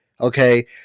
okay